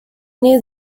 knew